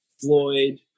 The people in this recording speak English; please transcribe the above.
floyd